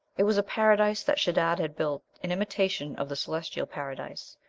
it was a paradise that shedad had built in imitation of the celestial paradise,